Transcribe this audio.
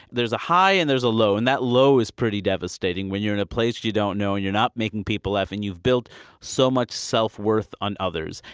there's a high and there's a low, and that low is pretty devastating when you're in a place you don't know, and you're not making people laugh, and you've built so much self-worth on others.